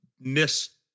miss